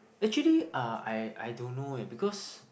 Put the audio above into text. actually uh I I don't know eh because